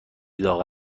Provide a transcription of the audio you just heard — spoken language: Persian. داغ